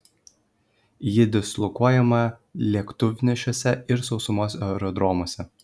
ji dislokuojama lėktuvnešiuose ir sausumos aerodromuose